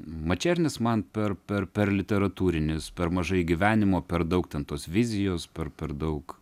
mačernis man per per per literatūrinis per mažai gyvenimo per daug ten tos vizijos per per daug